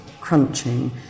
crunching